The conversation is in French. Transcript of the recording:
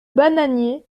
bananier